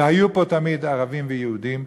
והיו פה תמיד ערבים ויהודים.